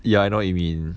ya I know what you mean